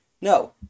No